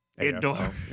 indoor